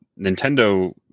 Nintendo